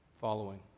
following